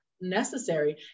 necessary